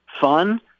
fun